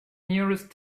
nearest